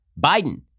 Biden